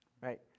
Right